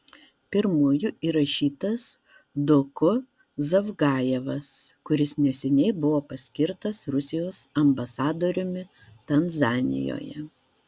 pirmuoju įrašytas doku zavgajevas kuris neseniai buvo paskirtas rusijos ambasadoriumi tanzanijoje